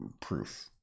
proof